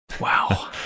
Wow